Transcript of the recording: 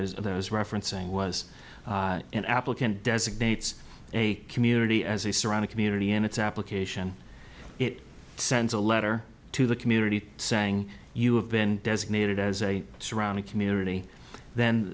of those referencing was an applicant designates a community as the surrounding community in its application it sends a letter to the community saying you have been designated as a surrounding community then